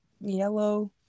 yellow